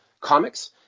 comics